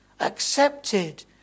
accepted